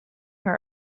her